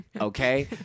okay